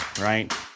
right